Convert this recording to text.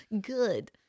Good